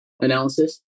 analysis